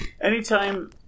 Anytime